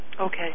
Okay